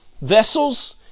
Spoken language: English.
vessels